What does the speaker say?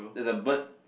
there's a bird